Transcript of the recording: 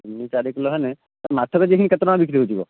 ତିନି ଚାରି କିଲୋ ହେଲେ ମାଛ କେ ଜି ହିଁ କେତେ ଟଙ୍କା ବିକ୍ରି ହେଉଥିବ